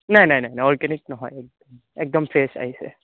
নাই নাই নাই অৰ্গেনিক নহয় একদম ফ্ৰেছ আহিছে